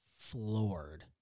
floored